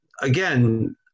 again